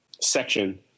section